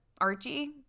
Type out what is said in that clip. Archie